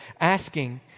asking